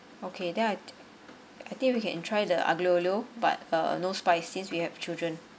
okay then I t~ I think we can try the aglio olio but uh no spice since we have children